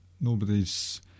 nobody's